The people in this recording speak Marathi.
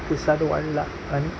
प्रतिसाद वाढला आणि